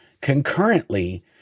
concurrently